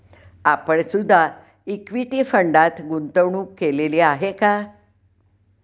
आपण सुद्धा इक्विटी फंडात गुंतवणूक केलेली आहे का?